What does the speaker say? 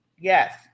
Yes